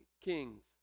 kings